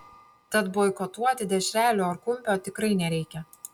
tad boikotuoti dešrelių ar kumpio tikrai nereikia